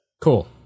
Cool